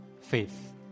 faith